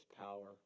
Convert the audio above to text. power